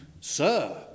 Sir